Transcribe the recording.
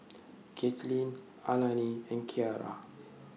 Katelynn Alani and Kiara